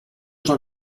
ciò